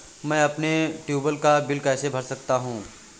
मैं अपने ट्यूबवेल का बिल कैसे भर सकता हूँ?